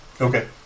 Okay